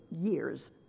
years